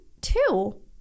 two